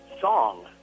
song